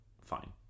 fine